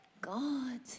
God